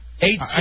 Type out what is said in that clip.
Eight